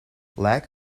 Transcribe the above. lack